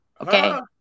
Okay